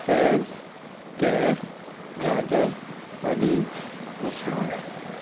Faiz Kaif Raja Ali Usman